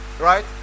right